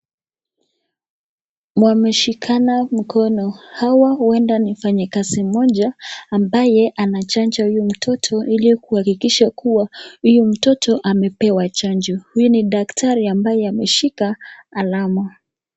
Wameshikana mkono. Hawa uenda ni fanya kazi moja ambaye anachanja huyu mtoto ili kuhakikisha kuwa huyu mtoto amepewa chanjo. Huyu ni daktari ambaye ameshika alama.